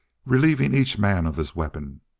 relieving each man of his weapon.